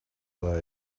but